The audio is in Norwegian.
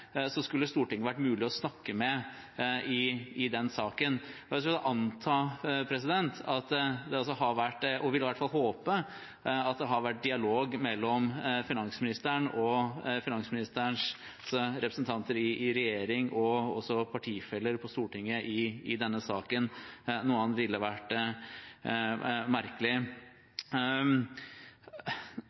så skulle det vært mulig å snakke med Stortinget i den saken. Jeg skulle anta − og vil i hvert fall håpe − at det har vært dialog mellom finansministeren og finansministerens kollegaer i regjering og partifeller på Stortinget i denne saken. Noe annet ville vært merkelig.